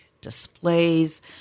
displays